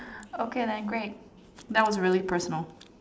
okay then great that was really personal